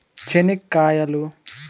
చెనిక్కాయలు